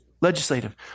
Legislative